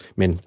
men